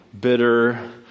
bitter